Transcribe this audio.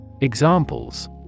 Examples